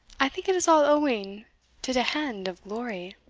i think it is all owing to de hand of glory.